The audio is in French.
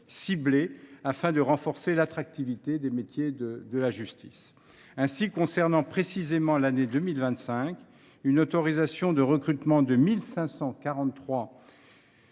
ciblées, afin de renforcer l’attractivité des métiers de la justice. Ainsi, concernant l’année 2025, une autorisation de recrutement de 1 543